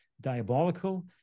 diabolical